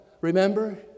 Remember